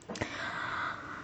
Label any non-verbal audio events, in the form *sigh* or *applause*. *breath*